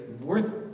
worth